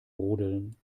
rodeln